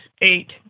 eight